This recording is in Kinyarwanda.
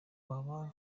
waba